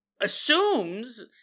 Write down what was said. assumes